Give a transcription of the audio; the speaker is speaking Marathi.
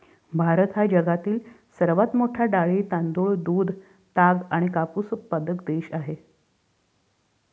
भारत हा जगातील सर्वात मोठा डाळी, तांदूळ, दूध, ताग आणि कापूस उत्पादक देश आहे